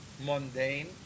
mundane